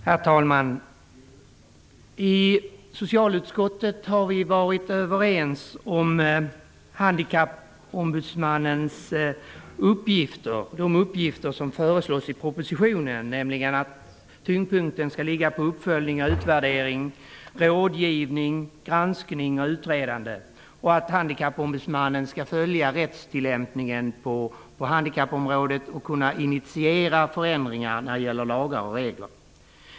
Herr talman! I socialutskottet har vi varit överens om Handikappombudsmannens uppgifter, som föreslås i propositionen. Tyngdpunkten skall ligga på uppföljning, utvärdering, rådgivning, granskning och utredning. Handikappombudsmannen skall följa rättstillämpningen på handikappområdet och kunna initiera förändringar av lagar och regler.